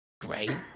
Great